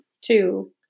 two